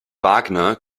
wagner